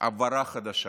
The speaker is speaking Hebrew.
הבהרה חדשה.